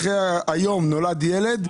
היום נולד ילד,